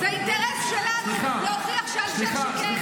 זה אינטרס שלנו להוכיח שאלשיך שיקר,